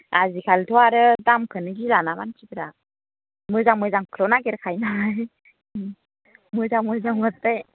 उम उम आजिखालिथ' आरो दामखौनो गिला ना मानसिफ्रा मोजां मोजांखौल' नागिरखायोनालाय मोजां मोजां बाथाय